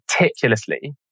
meticulously